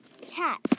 Cat